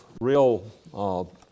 real